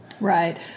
Right